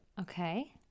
Okay